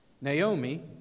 Naomi